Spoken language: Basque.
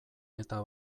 eta